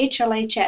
HLHS